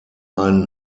ein